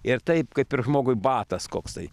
ir taip kaip ir žmogui batas koksai